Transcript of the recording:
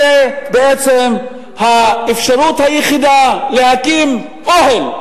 זו בעצם האפשרות היחידה להקים אוהל,